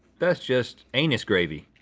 that's just anus gravy.